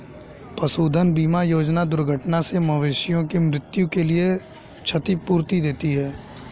पशुधन बीमा योजना दुर्घटना से मवेशियों की मृत्यु के लिए क्षतिपूर्ति देती है